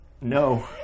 No